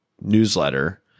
newsletter